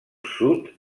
sud